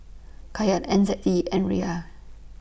Kyat N Z D and Riyal